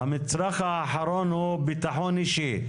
המצרך האחרון הוא ביטחון אישי,